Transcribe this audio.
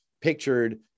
pictured